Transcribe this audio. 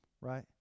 right